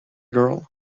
girl